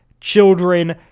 children